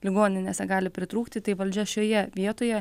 ligoninėse gali pritrūkti tai valdžia šioje vietoje